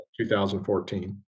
2014